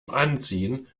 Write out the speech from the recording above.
anziehen